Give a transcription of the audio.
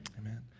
Amen